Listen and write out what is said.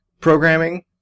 programming